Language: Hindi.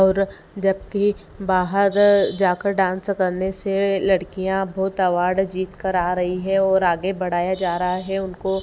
और जबकि बाहर जाकर डान्स करने से लड़कियाँ बहुत अवॉर्ड जीतकर आ रही हैं और आगे बढ़ाया जा रहा है उनको